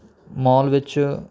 mall ਵਿੱਚ